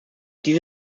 diese